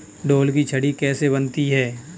ढोल की छड़ी कैसे बनती है?